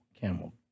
camel